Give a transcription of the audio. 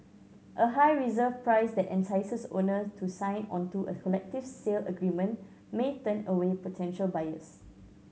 a high reserve price that entices owner to sign onto a collective sale agreement may turn away potential buyers